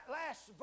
last